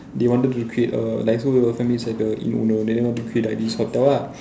they wanted to create a like so the family like the inn owner then they want to create like this hotel lah